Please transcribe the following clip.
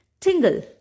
tingle